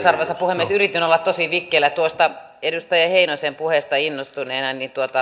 arvoisa puhemies yritän olla tosi vikkelä tuosta edustaja heinosen puheesta innostuneena